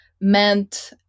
meant